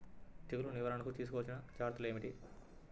తెగులు నివారణకు తీసుకోవలసిన జాగ్రత్తలు ఏమిటీ?